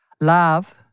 Love